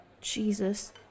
Jesus